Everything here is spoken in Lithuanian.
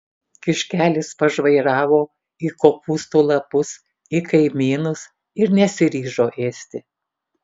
kiškelis pažvairavo į kopūstų lapus į kaimynus ir nesiryžo ėsti